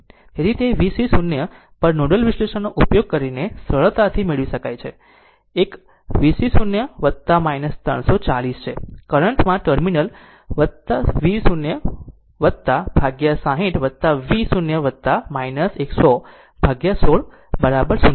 તેથી તે V 0 પર નોડલ વિશ્લેષણનો ઉપયોગ કરીને સરળતાથી મેળવી શકાય છે તે એક V 0 340 છે જે કરંટ માં ટર્મિનલ V 0 ભાગ્યા 60 વી 0 100 ભાગ્યા 16 0